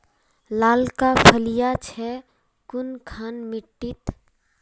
लालका फलिया छै कुनखान मिट्टी त?